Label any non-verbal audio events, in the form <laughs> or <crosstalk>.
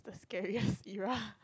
scary <laughs>